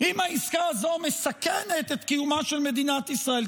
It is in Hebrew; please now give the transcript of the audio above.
אם העסקה הזו מסכנת את קיומה של מדינת ישראל,